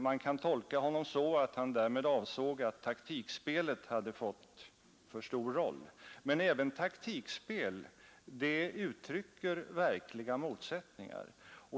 Man kan tolka honom så att han därmed avsåg att taktikspelet fått för stor roll. Men även taktikspel uttrycker verkliga motsättningar.